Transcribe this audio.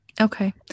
okay